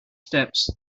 steps